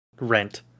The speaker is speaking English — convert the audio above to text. rent